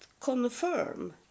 confirm